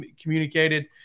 communicated